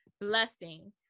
blessing